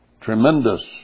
tremendous